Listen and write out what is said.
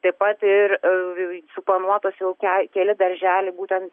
taip pat ir suplanuotas jau ke keli darželiai būtent